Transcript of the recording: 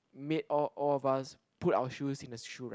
made all all of us put our shoes in the shoe rack